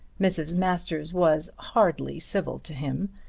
mrs. masters was hardly civil to him,